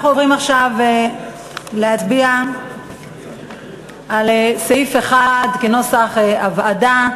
אנחנו עוברים עכשיו להצביע על סעיף 1 כנוסח הוועדה.